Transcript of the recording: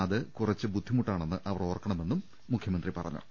അത് കുറച്ച് ബുദ്ധിമുട്ടാണെന്ന് അവർ ഓർക്കണമെന്നും മുഖ്യ മന്ത്രി പറഞ്ഞു